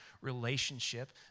relationship